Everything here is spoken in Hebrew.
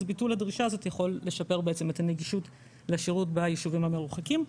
ביטול הדרישה הזאת יכול לשפר את הנגישות לשירות ביישובים המרוחקים.